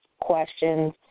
questions